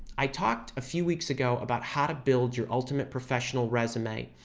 i talked a few weeks ago about how to build your ultimate professional resume.